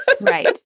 Right